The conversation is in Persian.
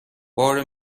بار